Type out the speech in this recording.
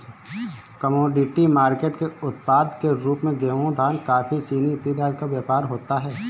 commodity market के उत्पाद के रूप में गेहूं धान कॉफी चीनी इत्यादि का व्यापार होता है